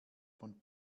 von